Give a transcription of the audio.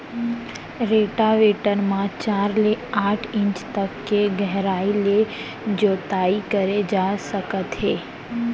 rotavator म चार ले आठ इंच तक के गहराई ले जोताई करे जा सकत हे